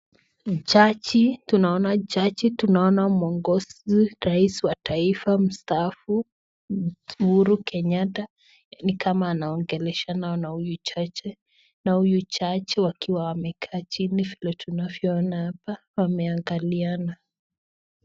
Jaji, tunaona jaji, tunaona muongozi rais wa taifa mstaafu Uhuru Kenyatta , ni kama anaongeleshana na huyu jaji. Huyu jaji wakiwa wamekaa chini vile tunavyoona hapa wameangaliana.